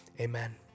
Amen